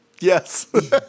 Yes